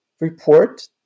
report